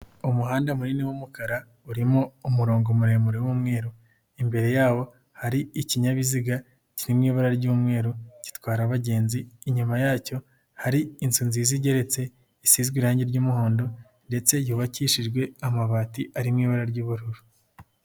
Umuhanda munini w'umukara urimo umurongo muremure w'umweru, imbere yawo hari ikinyabiziga kiri mu ibara ry'umweru gitwara abagenzi, inyuma yacyo hari inzu nziza igeretse isizwe irangi ry'umuhondo ndetse yubakishijwe amabati ari mu ibara ry'ubururu.